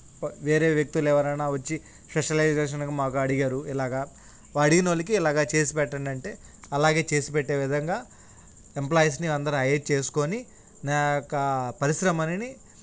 వేరే వ్యక్తులు ఎవరైనా వచ్చి స్పెషలైజేషన్గా మాకు అడిగారు ఇలాగా అడిగిన వాళ్ళకి ఇలాగ చేసి పెట్టండంటే అలాగే చేసి పెట్టే విధంగా ఎంప్లాయిస్ని అందరు ఐర్ చేసుకొని నా యొక్క పరిశ్రమనని